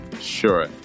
Sure